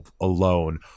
alone